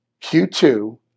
Q2